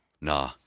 Nah